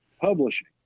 Publishing